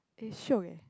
eh shiok eh